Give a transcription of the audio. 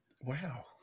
Wow